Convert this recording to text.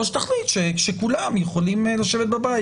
או שתחליט שכולם יכולים לשבת בבית.